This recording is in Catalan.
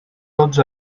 tots